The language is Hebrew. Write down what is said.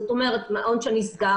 זאת אומרת, מעון שנסגר.